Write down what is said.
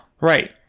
Right